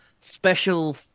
special